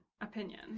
opinion